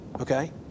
okay